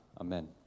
Amen